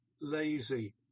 lazy